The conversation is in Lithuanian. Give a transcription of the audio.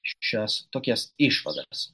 šias tokias išvadas